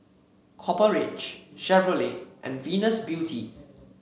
Copper Ridge Chevrolet and Venus Beauty